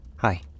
hi